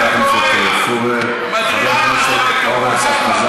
תאמין לי, התביישתי בשבילכם.